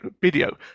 video